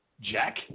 Jack